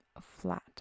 flat